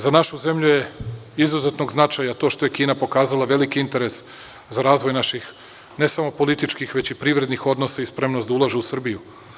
Za našu zemlju je od izuzetnog značaja to što je Kina pokazala veliki interes za razvoj naših ne samo političkih, već i privrednih odnosa i spremna je da ulaže u Srbiju.